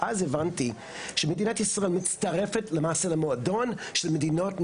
שאז הבנתי שמדינת ישראל מצטרפת למעשה למועדון של מדינות נאורות,